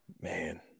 Man